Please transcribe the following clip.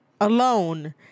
alone